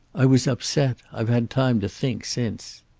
i was upset. i've had time to think since.